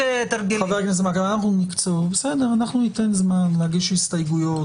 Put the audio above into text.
אנחנו ניתן זמן להגיש הסתייגויות,